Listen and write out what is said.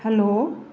hello